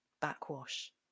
backwash